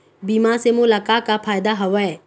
बीमा से मोला का का फायदा हवए?